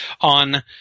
on –